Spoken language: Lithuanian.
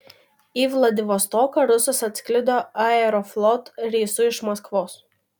į vladivostoką rusas atskrido aeroflot reisu iš maskvos